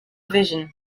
vision